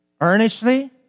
Earnestly